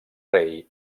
rei